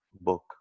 book